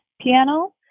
piano